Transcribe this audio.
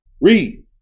Read